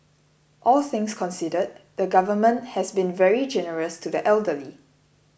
all things considered the Government has been very generous to the elderly